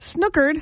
Snookered